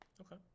Okay